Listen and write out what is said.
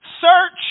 Search